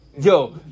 Yo